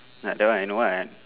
ya that one I know what I am